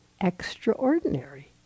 extraordinary